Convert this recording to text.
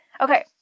Okay